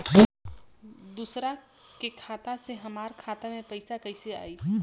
दूसरा के खाता से हमरा खाता में पैसा कैसे आई?